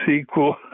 sequel